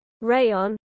rayon